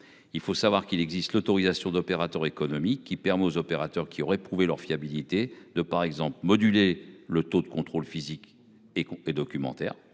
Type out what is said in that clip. Il faut savoir qu'il existe l'autorisation d'opérateurs économiques qui permet aux opérateurs qui aurait prouvé leur fiabilité de par exemple moduler le taux de contrôle physique et qu'on et documentaire.